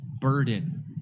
burden